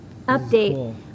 update